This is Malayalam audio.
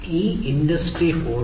ഈ ഇൻഡസ്ട്രി 4